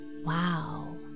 Wow